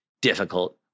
difficult